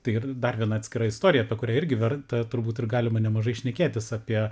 tai ir dar viena atskira istorija apie kurią irgi verta turbūt ir galima nemažai šnekėtis apie